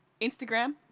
Instagram